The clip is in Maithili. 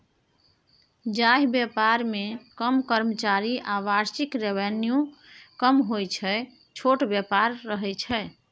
जाहि बेपार मे कम कर्मचारी आ बार्षिक रेवेन्यू कम होइ छै छोट बेपार कहय छै